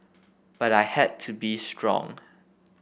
but I had to be strong